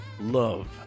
Love